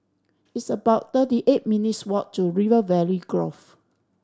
it's about thirty eight minutes' walk to River Valley Grove